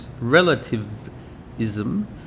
relativism